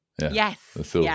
Yes